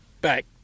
back